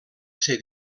ser